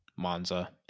Monza